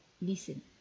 listen